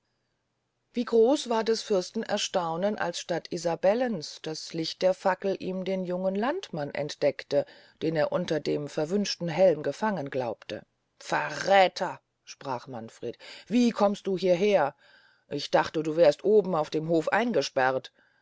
wie groß war des fürsten erstaunen als statt isabellens das licht der fackeln ihm den jungen landmann entdeckte den er unter dem verwünschten helm gefangen glaubte verräther sprach manfred wie kommst du hieher ich dachte du wärest oben auf dem hofe eingesperrt